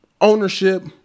ownership